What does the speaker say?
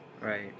Right